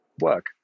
work